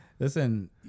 Listen